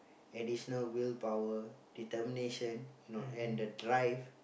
additional willpower determination you know and the drive